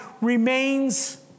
remains